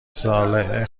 ساله